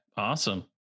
Awesome